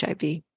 HIV